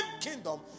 kingdom